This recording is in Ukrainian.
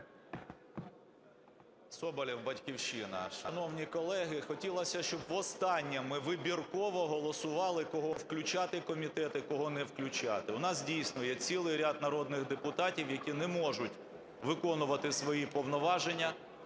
Соболєв, "Батьківщина". Шановні колеги, хотілося, щоб в останнє ми вибірково голосували, кого включати в комітети, кого не включати. У нас, дійсно, є цілий ряд народних депутатів, які не можуть виконувати свої повноваження